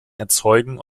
erzeugen